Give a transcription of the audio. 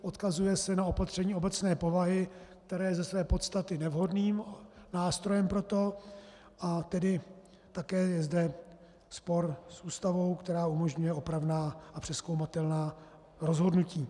Odkazuje se na opatření obecné povahy, které je ze své podstaty nevhodným nástrojem pro to, a tedy proto také je zde spor s Ústavou, která umožňuje opravná a přezkoumatelná rozhodnutí.